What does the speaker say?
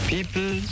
People